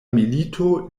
milito